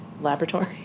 laboratory